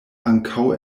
ankaŭ